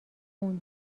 اون